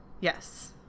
Yes